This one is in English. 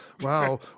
Wow